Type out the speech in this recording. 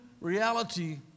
reality